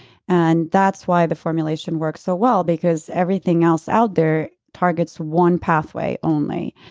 and that's why the formulation works so well because everything else out there targets one pathway only.